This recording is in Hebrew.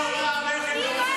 מוותר.